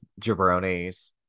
jabronis